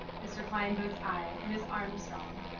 mr. klein votes i. ms. armstrong.